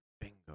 Bingo